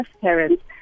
parents